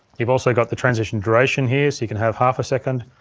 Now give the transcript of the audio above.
you've also got the transition duration here so you can have half a second,